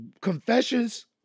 Confessions